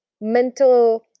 mental